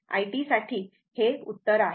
i t साठी हे उत्तर आहे